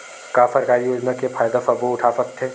का सरकारी योजना के फ़ायदा सबो उठा सकथे?